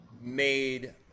made